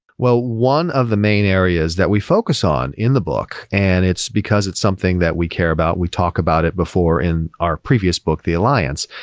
well, one of the main areas that we focus on in the book, and it's because it's something that we care about, we talk about it before in our previous book the alliance,